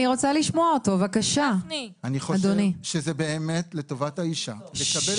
אני חושב שזה באמת לטובת האישה לקבל